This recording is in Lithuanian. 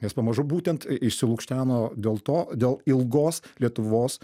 nes pamažu būtent išsilukšteno dėl to dėl ilgos lietuvos